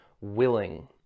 willing